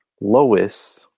Lois